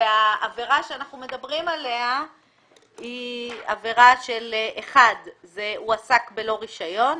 העבירה שאנחנו מדברים עליה היא עבירה שהוא עסק בלא רישיון.